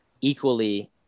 equally